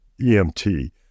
EMT